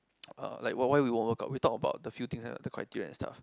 uh like why we woke up we talk about the few thing and the criteria stuff